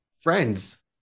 friends